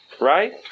right